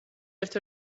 ერთ